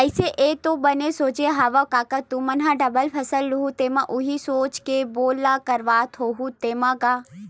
अइसे ऐ तो बने सोचे हँव कका तुमन ह डबल फसल लुहूँ तेमा उही सोच के बोर ल करवात होहू तेंमा गा?